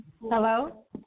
Hello